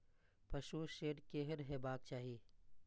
पशु शेड केहन हेबाक चाही?